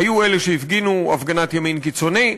היו אלה שהפגינו הפגנת ימין קיצוני,